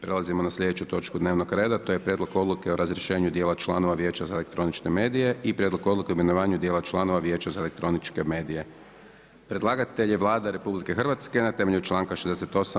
Prelazimo na slijedeću točku dnevnog reda, to je: a) Prijedlog odluke o razrješenju dijela članova Vijeća za elektroničke medije i a) Prijedlog odluke o imenovanju dijela članova Vijeća za elektroničke medije Predlagatelj je Vlada RH na temelju članka 68.